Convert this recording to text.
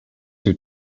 two